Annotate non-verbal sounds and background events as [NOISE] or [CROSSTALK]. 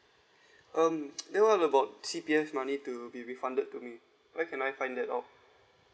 um [NOISE] then what about C_P_F money to be refunded to me where can I find that all